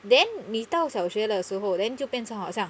then 你到小学的时候 then 就变成好像